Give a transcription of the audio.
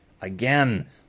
again